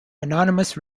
anonymous